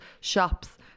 shops